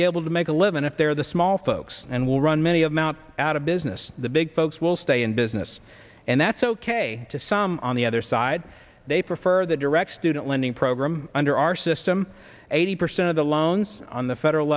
be able to make a living if they're the small folks and will run many of mt out of business the big folks will stay in business and that's ok to some on the other side they prefer the direct student lending program under our system eighty percent of the loans on the federal